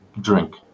drink